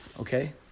Okay